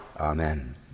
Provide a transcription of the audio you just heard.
Amen